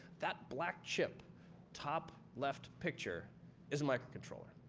that black chip top, left picture is a microcontroller.